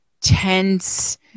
tense